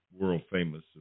world-famous